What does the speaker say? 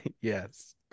Yes